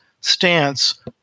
stance